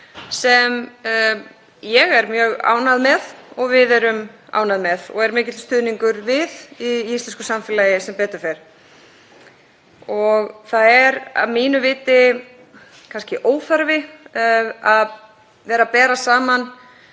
sem ég er mjög ánægð með og við erum ánægð með og er mikill stuðningur við í íslensku samfélagi, sem betur fer. Það er að mínu viti kannski óþarfi að vera að bera saman